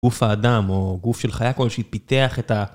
גוף האדם או גוף של חיה כלשהי, פיתח את ה...